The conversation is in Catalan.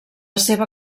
seva